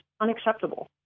unacceptable